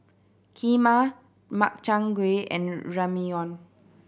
Kheema Makchang Gui and Ramyeon